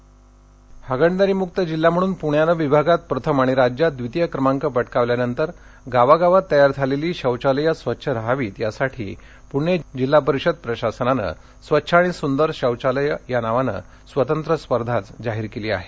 स्वच्छ हागणदारी मक्त जिल्हा म्हणन पण्याने विभागात प्रथम आणि राज्यात द्वितीय क्रमांक पटकावल्यानंतर गावागावात तयार झालेली शौचालय स्वच्छ राहावीत यासाठी प्णे जिल्हा परिषद प्रशासनाने स्वच्छ आणि सुंदर शौचालय या नावानं स्वतंत्र स्पर्धाच जाहीर केली आहे